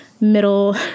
middle